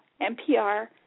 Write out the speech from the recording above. NPR